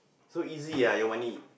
so easy ah your money